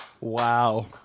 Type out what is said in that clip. wow